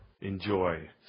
enjoy